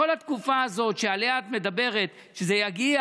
מכל התקופה הזאת שעליה את מדברת שזה יגיע,